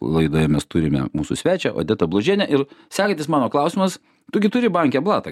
laidoje mes turime mūsų svečią odetą bložienę ir sekantis mano klausimas tu gi turi banke blatą